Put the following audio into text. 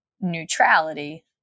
neutrality